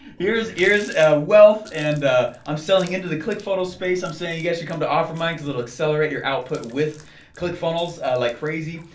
here's here's ah wealth, and i'm selling into the click funnel space, i'm saying you guys should come to offermind, cause it'll accelerate your output with click funnels like crazy.